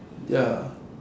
ya